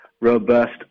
robust